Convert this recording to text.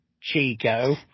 Chico